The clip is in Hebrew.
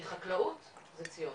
כי חקלאות זה ציונות.